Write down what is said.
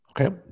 okay